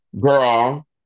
girl